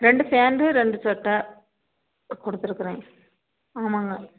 ரெண்டு பேண்ட்டு ரெண்டு சட்டை கொடுத்துருக்குறேன் ஆமாங்க